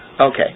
Okay